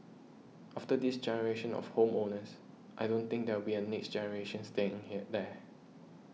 after this generation of home owners I don't think there will be a next generation staying here there